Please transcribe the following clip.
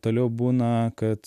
toliau būna kad